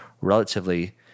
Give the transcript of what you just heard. relatively